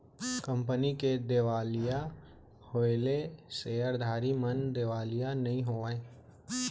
company के देवालिया होएले सेयरधारी मन देवालिया नइ होवय